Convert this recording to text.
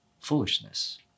foolishness